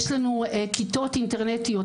יש לנו כיתות אינטרנטיות,